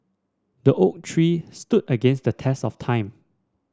the oak tree stood against the test of time